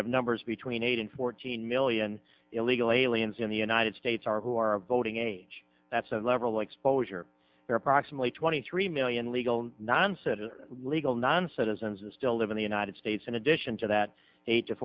have numbers between eight and fourteen million illegal aliens in the united states are who are of voting age that's a liberal exposure there approximately twenty three million legal non citizens legal non citizens who still live in the united states in addition to that